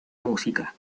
música